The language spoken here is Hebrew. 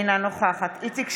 אינה נוכחת איציק שמולי,